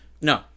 no